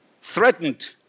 threatened